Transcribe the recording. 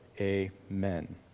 Amen